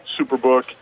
Superbook